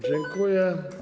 Dziękuję.